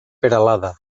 peralada